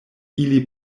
ili